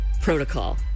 Protocol